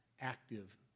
active